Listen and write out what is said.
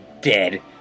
dead